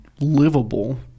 livable